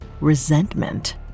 Resentment